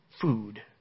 food